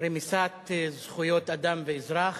רמיסת זכויות אדם ואזרח,